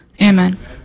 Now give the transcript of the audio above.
Amen